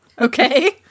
Okay